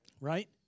right